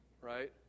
right